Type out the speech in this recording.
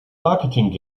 marketing